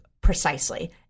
Precisely